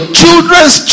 children's